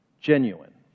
genuine